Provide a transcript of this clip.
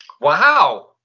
Wow